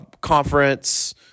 conference